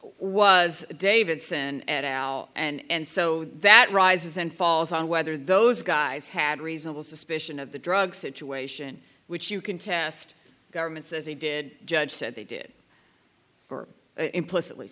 was davidson an hour and so that rises and falls on whether those guys had reasonable suspicion of the drug situation which you can test the government says he did judge said they did implicitly